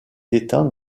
étangs